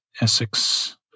Essex